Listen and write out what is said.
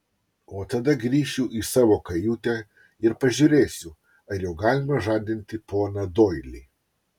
o tada grįšiu į savo kajutę ir pažiūrėsiu ar jau galima žadinti poną doilį